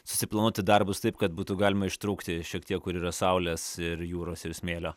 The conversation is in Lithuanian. susiplanuoti darbus taip kad būtų galima ištrūkti šiek tiek kur yra saulės ir jūros ir smėlio